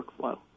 workflow